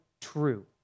true